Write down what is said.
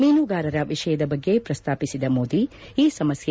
ಮೀನುಗಾರರ ವಿಷಯದ ಬಗ್ಗೆ ಪ್ರಸ್ತಾಪಿಸಿದ ಮೋದಿ ಈ ಸಮಸ್ಲೆ